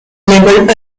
labeled